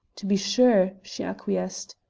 to be sure! she acquiesced,